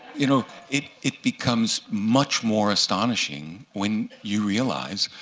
you know it it becomes much more astonishing when you realize,